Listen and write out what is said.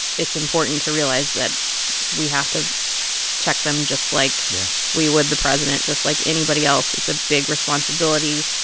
it's important to realize that we have to check them. yeah. just like we would the president, just like anybody else. it's a big responsibility.